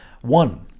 One